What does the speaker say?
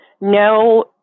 No